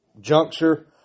Juncture